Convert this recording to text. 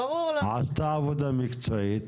עשתה עבודה מקצועית,